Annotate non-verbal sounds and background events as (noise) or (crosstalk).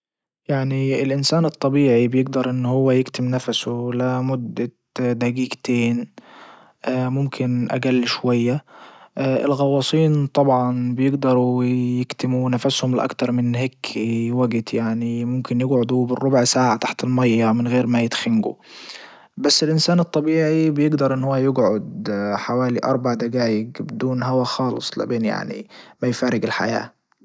يعني الانسان الطبيعي بيجدر ان هو يكتم نفسه لمدة دجيجتين (hesitation) ممكن اجل شوية (hesitation) الغواصين طبعا بيجدروا يكتموا نفسهم لاكتر من هيكي (hesitation) وجت يعني ممكن يقعدوا بالربع ساعة تحت المية من غير ما يتخنجوا بس الانسان الطبيعي بيقدر ان هو يقعد (hesitation) حوالي اربع دجايج بدون هوا خالص لبين يعني ما يفارج الحياة.